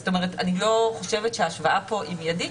אני לא חושבת שההשוואה כאן היא מיידית.